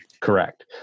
Correct